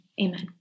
amen